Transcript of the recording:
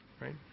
right